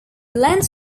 lens